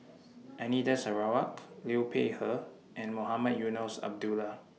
Anita Sarawak Liu Peihe and Mohamed Eunos Abdullah